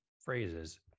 phrases